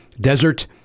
desert